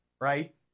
Right